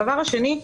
הדבר השני,